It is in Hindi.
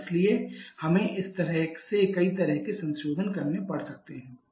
और इसलिए हमें इस तरह से कई तरह के संशोधन करने पड़ सकते हैं